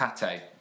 Pate